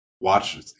watch